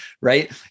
right